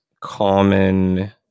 common